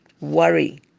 worry